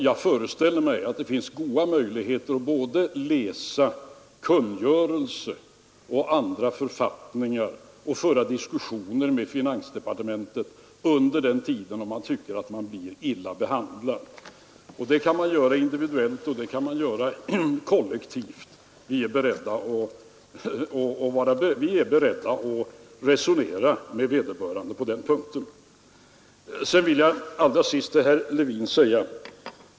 Jag Nr 122 Onsdagen den 22 november 1972 tet under den tiden, om man tycker sig bli illa behandlad. Detta kan ske ———— individuellt och det kan ske kollektivt. Vi är beredda att resonera med Automobilskatt, föreställer mig att det då finns goda möjligheter att såväl läsa kungörelse som andra författningar och att föra diskussioner med finansdepartemen vederbörande på den punkten.